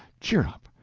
cheer up,